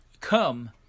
come